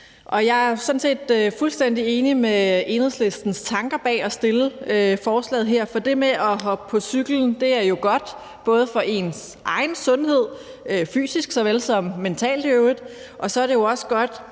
set fuldstændig enig i Enhedslistens tanker bag at fremsætte forslaget her, for det med at hoppe på cyklen er jo godt, både for ens egen sundhed, fysisk såvel som mentalt i øvrigt, og så er det jo også godt